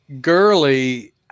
Gurley